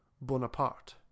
Bonaparte